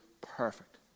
perfect